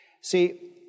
See